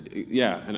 yeah. and